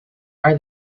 are